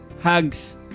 hugs